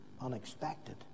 unexpected